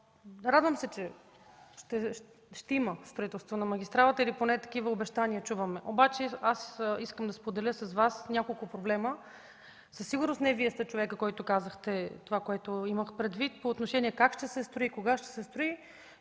Радвам се, че ще има строителство на магистралата или поне такива обещания чуваме. Аз обаче искам да споделя с Вас няколко проблема. Със сигурност не Вие сте човекът, който казахте това, което имах предвид – как и кога ще се строи.